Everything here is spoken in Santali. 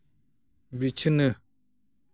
ᱵᱤᱪᱷᱱᱟᱹ